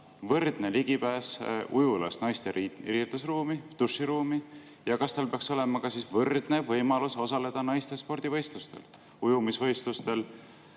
võrdne ligipääs ujulas naiste riietusruumile ja duširuumile ning tal peaks olema võrdne võimalus osaleda naiste spordivõistlustel: ujumisvõistlustel,